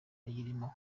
ayirimo